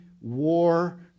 war